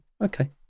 okay